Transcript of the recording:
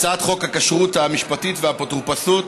הצעת חוק הכשרות המשפטית והאפוטרופסות,